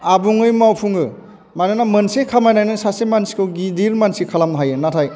आबुङै मावफुङो मानोना मोनसे खामानियानो सासे मानसिखौ गिदिर मानसि खालामनो हायो नाथाय